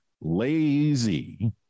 lazy